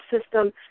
system